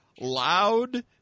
loud